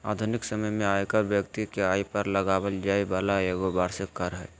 आधुनिक समय में आयकर व्यक्ति के आय पर लगाबल जैय वाला एगो वार्षिक कर हइ